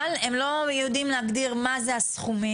אבל הם לא יודעים להגדיר מה זה הסכומים.